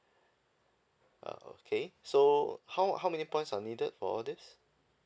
ah okay so how how many points are needed for all this